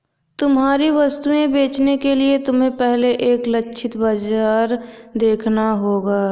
तुम्हारी वस्तुएं बेचने के लिए तुम्हें पहले एक लक्षित बाजार देखना होगा